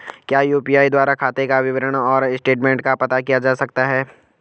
क्या यु.पी.आई द्वारा खाते का विवरण और स्टेटमेंट का पता किया जा सकता है?